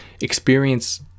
experience